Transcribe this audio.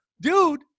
dude